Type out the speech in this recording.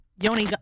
Yoni